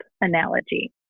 analogy